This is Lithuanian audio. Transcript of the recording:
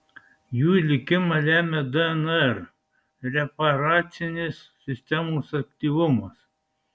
jų likimą lemia dnr reparacinės sistemos aktyvumas